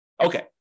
Okay